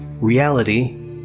reality